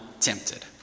tempted